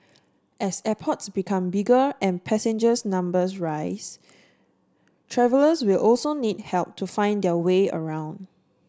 as airports become bigger and passengers numbers rise travellers will also need help to find their way around